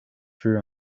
vuur